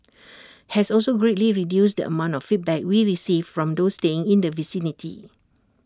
has also greatly reduced the amount of feedback we received from those staying in the vicinity